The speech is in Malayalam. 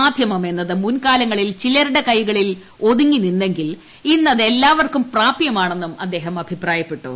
മാധ്യമം എന്നത് മുൻകാലങ്ങളിൽ ചിലരുടെ കൈകളിൽ ഒതുങ്ങിനിന്നെങ്കിൽ ഇന്ന് അത് എല്ലാവർക്കും പ്രാപ്യമാണെന്നും അദ്ദേഹം അ്ഭിപ്രായപ്പെട്ടു